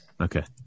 Okay